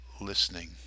listening